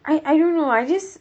I I don't know I just